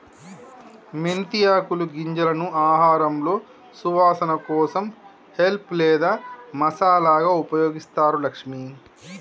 మెంతి ఆకులు గింజలను ఆహారంలో సువాసన కోసం హెల్ప్ లేదా మసాలాగా ఉపయోగిస్తారు లక్ష్మి